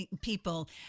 people